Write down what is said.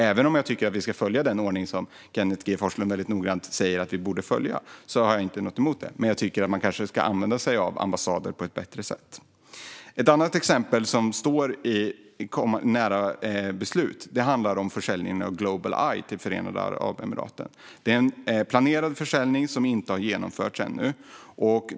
Även om jag tycker att vi ska följa den ordning som Kenneth G Forslund väldigt noggrant säger att vi borde följa och jag inte har något emot det tycker jag kanske att man ska använda sig av ambassader på ett bättre sätt. Ett annat exempel som står nära ett beslut handlar om försäljningen av Global Eye till Förenade Arabemiraten. Det är en planerad försäljning som inte har genomförts ännu.